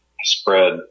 spread